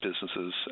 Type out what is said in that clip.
businesses